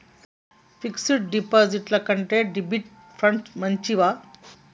Fix డ్ డిపాజిట్ల కంటే డెబిట్ ఫండ్స్ మంచివా?